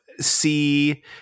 see